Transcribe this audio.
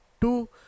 two